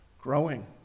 Growing